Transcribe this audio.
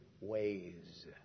ways